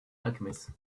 alchemist